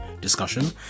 discussion